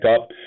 up